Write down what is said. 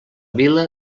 vila